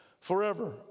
forever